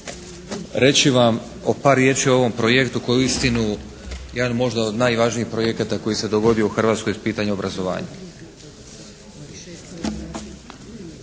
reći vam o par riječi o ovom projektu koji je uistinu jedan možda od najvažnijih projekata koji se dogodio u Hrvatskoj uz pitanje obrazovanja.